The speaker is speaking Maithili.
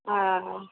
हँ